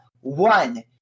one